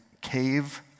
cave